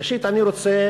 ראשית אני רוצה